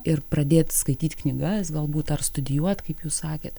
ir pradėt skaityt knygas galbūt ar studijuot kaip jūs sakėt